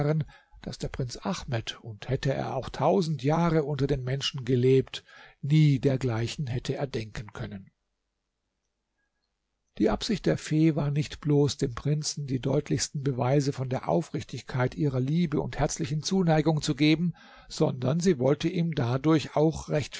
daß der prinz ahmed und hätte er auch tausend jahre unter den menschen gelebt nie dergleichen hätte erdenken können die absicht der fee war nicht bloß dem prinzen die deutlichsten beweise von der aufrichtigkeit ihrer liebe und herzlichen zuneigung zu geben sondern sie wollte ihm dadurch auch recht